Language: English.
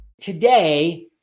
Today